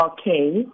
Okay